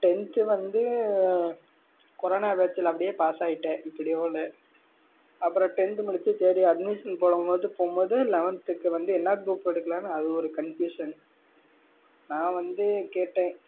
tenth வந்து corona பேட்ச்சில் அப்படியே பாஸ் ஆகிட்டேன் இப்படியே போல அப்புறம் டென்த்து முடித்து சரி அட்மிஷன் போடும்போது போகும்போது லெவன்த்துக்கு வந்து என்ன குரூப் எடுக்கலாம்னு அது ஒரு கன்ஃப்யூசன் நான் வந்து கேட்டேன்